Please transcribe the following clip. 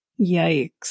yikes